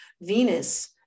Venus